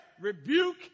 rebuke